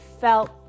felt